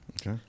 Okay